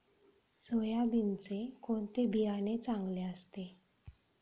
सोयाबीनचे कोणते बियाणे चांगले असते?